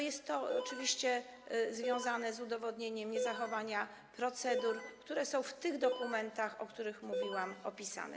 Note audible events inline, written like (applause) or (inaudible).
Jest to (noise) oczywiście związane z udowodnieniem niezachowania procedur, które są w tych dokumentach, o których mówiłam, opisane.